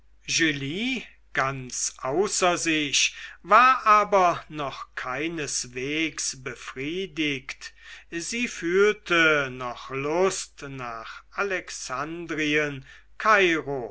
ganz außer sich war aber noch keineswegs befriedigt sie fühlte noch lust nach alexandrien